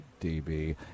DB